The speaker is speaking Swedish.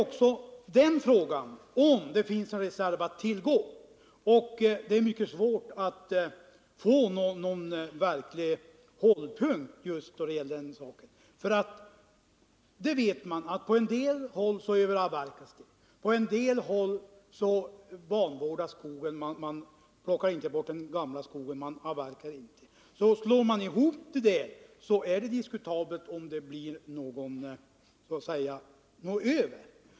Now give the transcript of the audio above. Då är frågan om det finns någon reserv att tillgå. Det är mycket svårt att få någon verklig hållpunkt då det gäller den saken. Man vet att det på en del håll överavverkas och att skogen på andra håll vanvårdas — man plockar inte bort den gamla skogen, man avverkar inte. Slår man ihop detta är det diskutabelt om det så att säga blir något över.